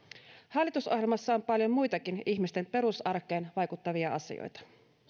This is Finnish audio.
hallitusohjelmassa on paljon muitakin ihmisten perusarkeen vaikuttavia asioita